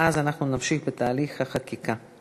ואז אנחנו נמשיך בתהליך החקיקה.